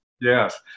Yes